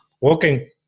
working